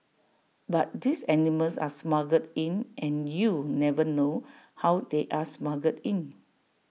but these animals are smuggled in and you never know how they are smuggled in